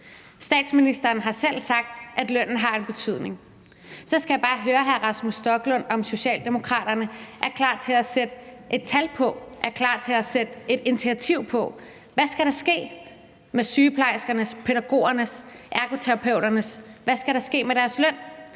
Statsministeren har selv sagt, at lønnen har en betydning. Så skal jeg bare høre hr. Rasmus Stoklund, om Socialdemokraterne er klar til at sætte et tal og et initiativ på, hvad der skal ske med sygeplejerskernes, pædagogernes og ergoterapeuternes løn. I Enhedslisten er vi